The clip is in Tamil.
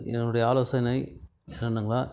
என்னுடைய ஆலோசனை என்னென்னங்களா